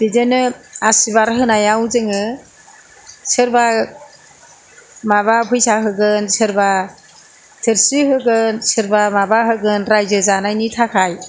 बिदिनो आसिरबाद होनायाव जोङो सोरबा माबा फैसा होगोन सोरबा थोरसि होगोन सोरबा माबा होगोन रायजो जानायनि थाखाय